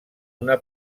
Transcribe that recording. una